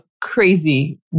crazy